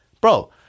Bro